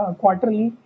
quarterly